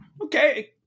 Okay